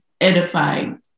edifying